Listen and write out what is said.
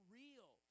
real